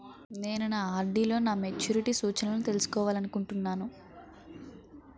నేను నా ఆర్.డి లో నా మెచ్యూరిటీ సూచనలను తెలుసుకోవాలనుకుంటున్నాను